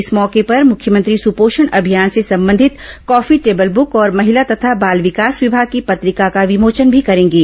इस मौके पर मुख्यमंत्री सुर्पोषण अभियान से संबंधित कॉफी टेबल ब्रक और महिला तथा बाल विकास विमाग की पत्रिका का विमोचन भी करेंगे